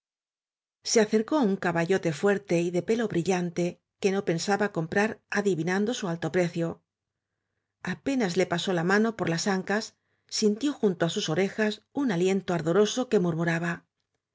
se acercó á un caballote fuerte y de pelo brillante que no pensaba comprar adivinando su alto precio apenas le pasó la mano por las ancas sintió junto á sus orejas un aliento ar doroso que murmuraba